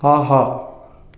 ஆஹா